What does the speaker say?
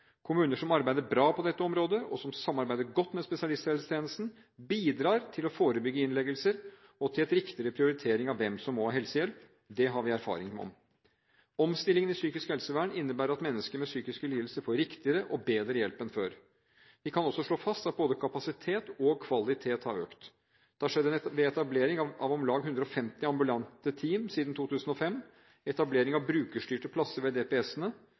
Kommuner som arbeider bra på dette området, og som samarbeider godt med spesialisthelsetjenesten, bidrar til å forebygge innleggelser og til en riktigere prioritering av hvem som må ha helsehjelp. Det har vi erfaring med. Omstillingen i psykisk helsevern innebærer at mennesker med psykiske lidelser får riktigere og bedre hjelp enn før. Vi kan også slå fast at både kapasitet og kvalitet har økt. Det har skjedd ved etablering av omtrent 150 ambulante team siden 2005, ved etablering av brukerstyrte plasser ved